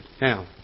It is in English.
Now